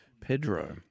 Pedro